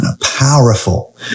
powerful